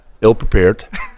ill-prepared